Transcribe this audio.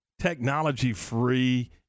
technology-free